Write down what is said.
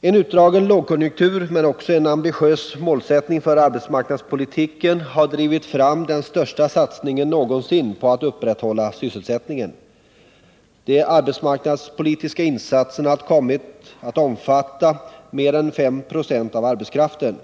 En utdragen lågkonjunktur men också en ambitiös målsättning för arbetsmarknadspolitiken har drivit fram den största satsningen någonsin på att upprätthålla sysselsättningen. De arbetsmarknadspolitiska insatserna har kommit att omfatta mer än 5 96 av arbetskraften.